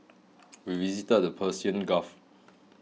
we visited the Persian Gulf